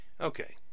Okay